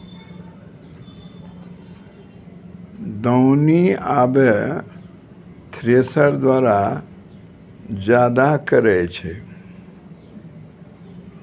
दौनी आबे थ्रेसर द्वारा जादा करै छै